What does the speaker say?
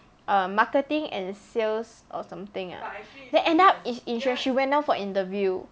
err marketing and sales or something ah then end up is insurance she went down for interview